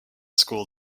school